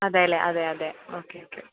അതെ അല്ലേ അതെ അതെ ഓക്കെ ഓക്കെ